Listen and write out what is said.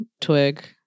twig